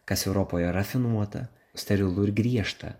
kas europoje rafinuota sterilu ir griežta